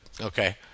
Okay